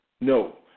no